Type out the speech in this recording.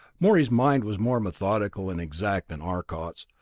morey's mind was more methodical and exact than arcot's,